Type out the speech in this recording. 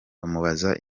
bamubaza